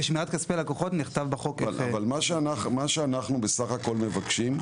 ושמירת כספי לקוחות נחתם בחוק --- מה שאנחנו בסך הכל מבקשים,